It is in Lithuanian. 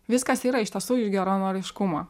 viskas yra iš tiesų iš geranoriškumo